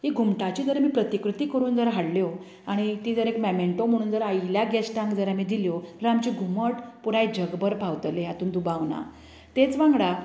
तीं घुमटाची जर प्रतिकृती करून जर हाडल्यो आनी ती तर मेमेन्टो म्हण जर आयिल्ल्यांक गेस्टांक जर आमी दिल्यो जाल्यार आमचें घुमट पुराय जगभर पावतलें हातून दुबाव ना तेच वांगडा